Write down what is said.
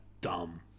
dumb